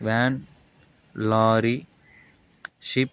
van lorry ship